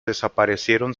desaparecieron